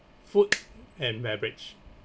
food and beverage